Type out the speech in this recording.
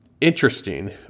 interesting